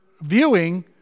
viewing